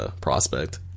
prospect